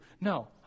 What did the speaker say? No